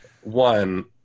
one